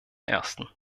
ersten